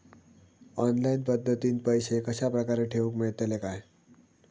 Online पद्धतीन पैसे कश्या प्रकारे ठेऊक मेळतले काय?